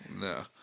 No